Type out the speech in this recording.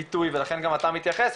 ולכן גם אתה מתייחס,